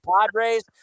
Padres